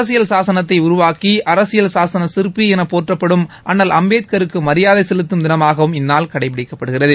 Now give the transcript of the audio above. அரசியல் சாசனத்தை உருவாக்கி அரசியல் சாசன சிற்பி என போற்றப்படும் அண்ணல் நாட்டின் அம்பேத்கருக்கு மரியாதை செலுத்தும் தினமாகவும் இந்நாள் கடைபிடிக்கப்படுகிறது